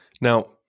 Now